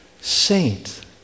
Saint